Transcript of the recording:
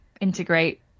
integrate